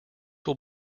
will